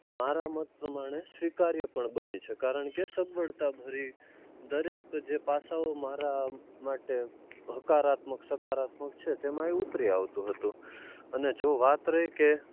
મારા મત પ્રમાણે સ્વીકાર્ય પણ બની છે કારણ કે સગવડતા ભરી દરેક જે પાસાઓ મારા માટે હકારાત્મક સકારાત્મક છે તેમાં એ ઉતરી આવતો હતો અને જો વાત રહે કે